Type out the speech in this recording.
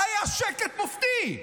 היה שקט מופתי,